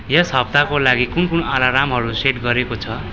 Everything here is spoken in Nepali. यस हप्ताका लागि कुन कुन आलार्महरू सेट गरिएको छ